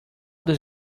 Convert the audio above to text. does